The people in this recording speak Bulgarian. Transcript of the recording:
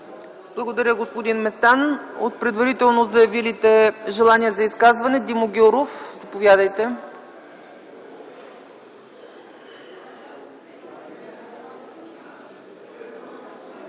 Благодаря, господин Местан. От предварително заявилите желание за изказване – Димо Гяуров, заповядайте.